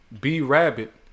B-Rabbit